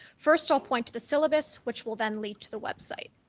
first, i'll point to the syllabus which will then lead to the website.